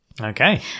Okay